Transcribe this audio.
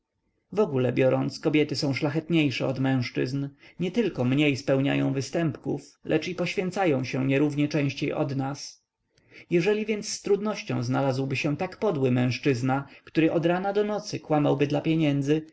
oszukiwała wogóle biorąc kobiety są szlachetniejsze od mężczyzn nietylko mniej spełniają występków lecz i poświęcają się nierównie częściej od nas jeżeli więc z trudnością znalazłby się tak podły mężczyzna który od rana do nocy kłamałby dla pieniędzy